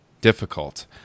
difficult